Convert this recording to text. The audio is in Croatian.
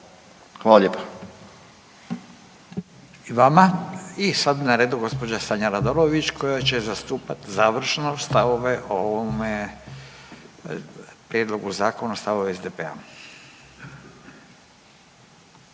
(Nezavisni)** I vama. I sada je na redu gospođa Sanja Radolović koja će zastupati završno stavove o ovome prijedlogu zakona, stavove SDP-a.